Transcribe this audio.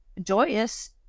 joyous